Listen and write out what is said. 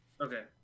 Okay